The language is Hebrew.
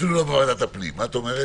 אפילו לא בוועדת הפנים, מה את אומרת?